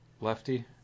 lefty